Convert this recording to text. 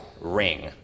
ring